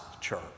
Church